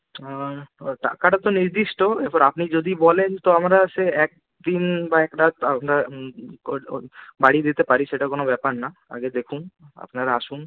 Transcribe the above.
ও টাকাটা তো নির্দিষ্ট এবার আপনি যদি বলেন তো আমরা সে একদিন বা একরাত আমরা ও ও বাড়িয়ে দিতে পারি সেটা কোনো ব্যাপার না আগে দেখুন আপনারা আসুন